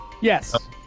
Yes